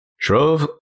drove